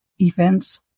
events